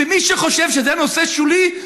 ומי שחושב שזה נושא שולי,